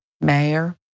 Mayor